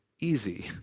easy